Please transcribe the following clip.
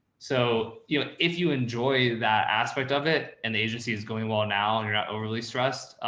so, you know, if you enjoy that aspect of it and the agency is going well now, and you're not overly stressed,